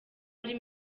ari